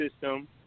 system